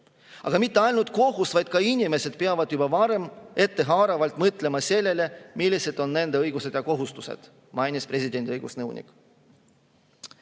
lahendama lõpuks kohus. Aga inimesed peavad juba varem ettehaaravalt mõtlema sellele, millised on nende õigused ja kohustused, seda mainis presidendi õigusnõunik.